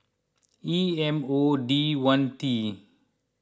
E M O D one T